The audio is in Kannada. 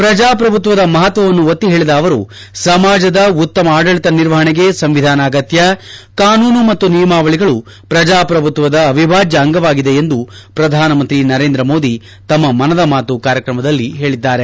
ಪ್ರಜಾಪ್ರಭುತ್ವದ ಮಪತ್ವವನ್ನು ಒತ್ತಿ ಹೇಳಿದ ಅವರು ಸಮಾಜದ ಉತ್ತಮ ಆಡಳಿತ ನಿರ್ವಹಣೆಗೆ ಸಂವಿಧಾನ ಅಗತ್ಕ ಕಾನೂನು ಮತ್ತು ನಿಯಮವಳಿಗಳು ಪ್ರಜಾಪ್ರಭುತ್ವದ ಅವಿಭಾಜ್ಯ ಅಂಗವಾಗಿದೆ ಎಂದು ಪ್ರಧಾನಮಂತ್ರಿ ನರೇಂದ್ರ ಮೋದಿ ತಮ್ನ ಮನದ ಮಾತು ಕಾರ್ಯಕ್ರಮದಲ್ಲಿ ಹೇಳಿದ್ದಾರೆ